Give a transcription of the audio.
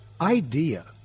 idea